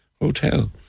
hotel